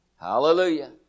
Hallelujah